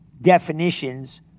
definitions